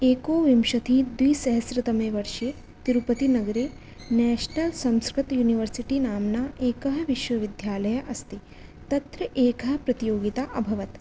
एकविंशतिद्विसहस्रतमेवर्षे तिरुपतिनगरे नेशनल् संस्कृतयूनिवर्सिटि नाम्ना एकः विश्वविद्यालयः अस्ति तत्र एका प्रतियोगीता अभवत्